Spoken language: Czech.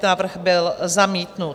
Návrh byl zamítnut.